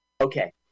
Okay